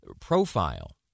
profile